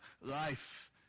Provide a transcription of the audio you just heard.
life